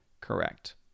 correct